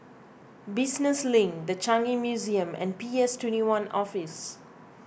Business Link the Changi Museum and P S twenty one Office